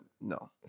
No